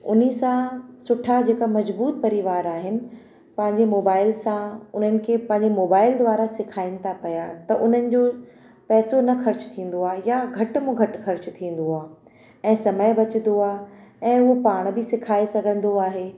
उन सां सुठा जेका मज़बूत परिवार आहिनि पंहिंजे मोबाइल सां उन्हनि खे पंहिंजे मोबाइल द्वारा सिखाइनि था पिया त उन्हनि जो पैसो न ख़र्च थींदो आहे या घटि मां घटि ख़र्च थींदो आहे ऐं समय बचंंदो आहे ऐं उहा पाण बि सिखाए सघंदो आहे